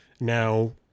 now